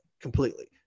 completely